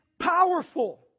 powerful